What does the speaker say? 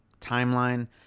timeline